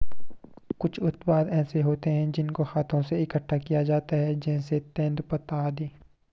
कुछ उत्पाद ऐसे होते हैं जिनको हाथों से इकट्ठा किया जाता है जैसे तेंदूपत्ता आदि